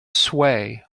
sway